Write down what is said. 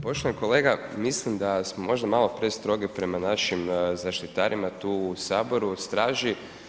Poštovani kolega, mislim da smo možda malo prestrogi prema našim zaštitarima tu u Saboru u straži.